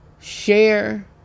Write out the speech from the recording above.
share